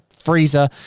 freezer